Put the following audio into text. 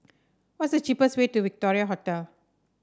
what is the cheapest way to Victoria Hotel